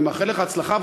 אני מאחל לך הצלחה,